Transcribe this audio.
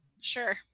Sure